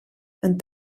and